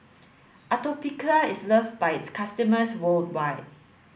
Atopiclair is love by its customers worldwide